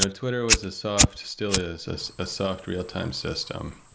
ah twitter was a soft, still is is a soft real-time system,